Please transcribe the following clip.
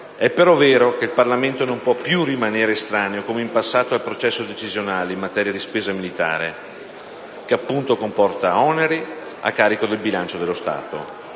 È però vero che il Parlamento non può più rimanere estraneo, come in passato, ai processi decisionali in materia di spesa militare, che appunto comporta oneri a carico del bilancio dello Stato.